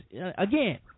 again